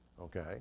Okay